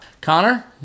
Connor